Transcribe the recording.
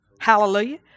Hallelujah